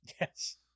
Yes